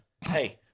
Hey